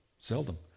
seldom